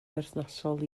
berthnasol